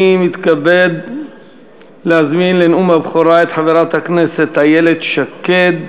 אני מתכבד להזמין לנאום הבכורה את חברת הכנסת איילת שקד.